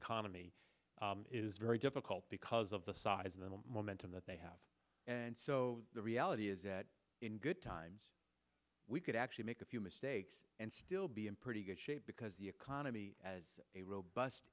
economy is very difficult because of the size of the momentum that they have and so the reality is that in good times we could actually make a few mistakes and still be in pretty good shape because the economy as a r